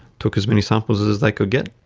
took as many samples as as they could get.